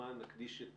כמובן נקדיש את